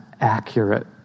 accurate